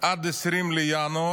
עד 20 בינואר